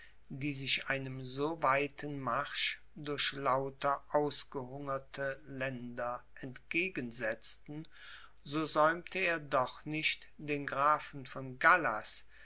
die sich einem so weiten marsch durch lauter ausgehungerte länder entgegensetzten so säumte er doch nicht den grafen von gallas